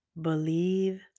Believe